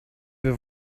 wir